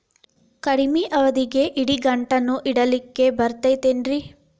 ಕಡಮಿ ಅವಧಿಗೆ ಇಡಿಗಂಟನ್ನು ಇಡಲಿಕ್ಕೆ ಬರತೈತೇನ್ರೇ?